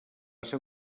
ser